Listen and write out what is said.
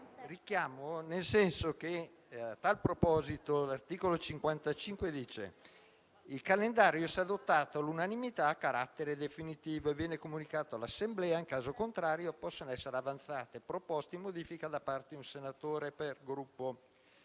richiamo al Regolamento. Nello specifico, l'articolo 55 recita: «Il calendario, se adottato all'unanimità, ha carattere definitivo e viene comunicato all'Assemblea. In caso contrario, possono essere avanzate proposte di modifica da parte di un senatore per Gruppo.